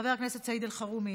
חבר הכנסת סעיד אלחרומי,